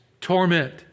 torment